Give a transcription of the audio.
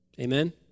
Amen